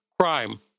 crime